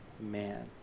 man